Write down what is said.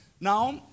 Now